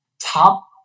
top